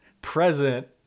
present